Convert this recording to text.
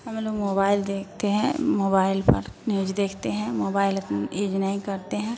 हम लोग मोबाइल देखते हैं मोबाइल पर न्यूज देखते हैं मोबाइल आप यूज नहीं करते हैं